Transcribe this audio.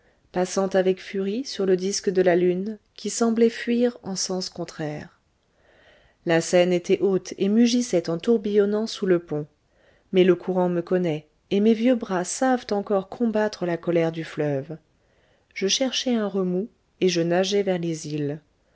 passant avec furie sur le disque de la lune qui semblait fuir en sens contraire la seine était haute et mugissait en tourbillonnant sous le pont mais le courant me connaît et mes vieux bras savent encore combattre la colère du fleuve je cherchai un remous et je nageai vers les îles